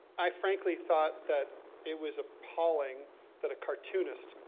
i frankly thought that it was appalling that a cartoonist,